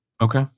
Okay